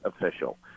official